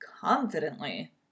Confidently